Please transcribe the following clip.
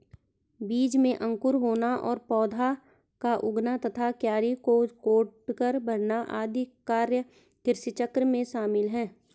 बीज में अंकुर होना और पौधा का उगना तथा क्यारी को कोड़कर भरना आदि कार्य कृषिचक्र में शामिल है